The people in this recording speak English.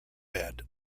bed